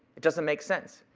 it doesn't make sense.